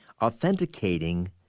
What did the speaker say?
authenticating